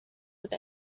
with